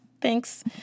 thanks